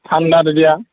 ঠাণ্ডাত এতিয়া